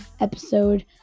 episode